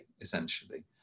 essentially